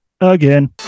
again